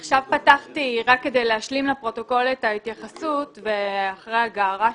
רק כדי להשלים לפרוטוקול את ההתייחסות אחרי הגערה שלך,